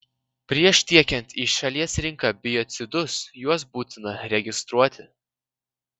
prieš tiekiant į šalies rinką biocidus juos būtina registruoti